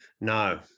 no